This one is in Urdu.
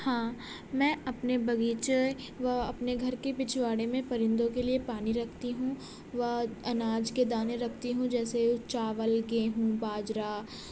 ہاں میں اپنے باغیچے و اپنے گھر کی پچھواڑے میں پرندوں کے لیے پانی رکھتی ہوں و اناج کے دانے رکھتی ہوں جیسے چاول گیہوں باجرا